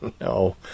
No